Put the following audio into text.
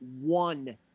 one